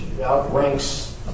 outranks